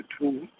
two